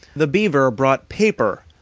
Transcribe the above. the beaver brought paper,